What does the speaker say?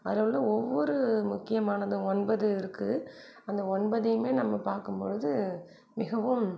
அதை விட ஒவ்வொரு முக்கியமானதும் ஒன்பது இருக்கு அந்த ஒன்பதையுமே நம்ம பார்க்கும் பொழுது மிகவும்